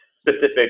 specific